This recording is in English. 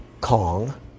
Kong